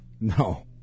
No